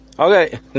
Okay